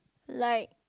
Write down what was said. like